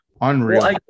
unreal